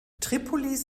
tripolis